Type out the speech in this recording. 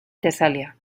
tesalia